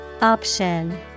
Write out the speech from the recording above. Option